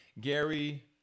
Gary